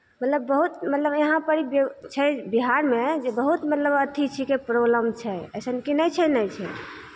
मतलब बहुत मतलब यहाँ पड़ी छै ब् बिहारमे जे बहुत मतलब अथि छिकै प्रोबलम छै अइसन कि नहि छै नहि छै